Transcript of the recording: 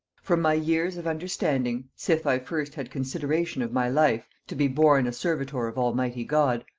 from my years of understanding, sith i first had consideration of my life, to be born a servitor of almighty god,